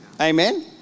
Amen